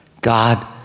God